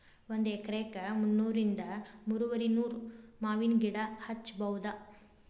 ಒಂದ ಎಕರೆಕ ಮುನ್ನೂರಿಂದ ಮೂರುವರಿನೂರ ಮಾವಿನ ಗಿಡಾ ಹಚ್ಚಬೌದ